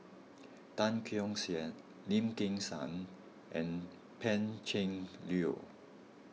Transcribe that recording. Tan Keong Saik Lim Kim San and Pan Cheng Lui